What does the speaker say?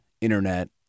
internet